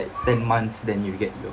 ten months then you get your